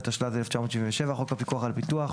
התשל"ז 1977; "חוק הפיקוח על הביטוח"